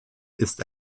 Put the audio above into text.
ist